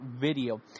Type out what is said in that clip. video